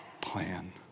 plan